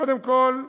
קודם כול,